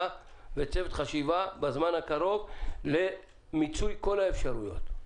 וצוות חשיבה בזמן הקרוב למיצוי כל האפשרויות.